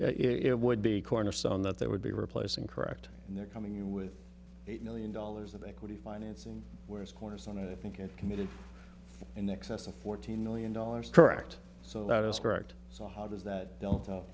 it would be a cornerstone that they would be replacing correct and they're coming in with eight million dollars of equity financing whereas cornerstone and i think it committed in excess of fourteen million dollars correct so that is correct so how does that con